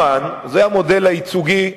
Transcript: זה המודל הייצוגי,